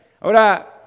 Ahora